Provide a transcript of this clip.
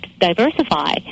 diversify